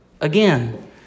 again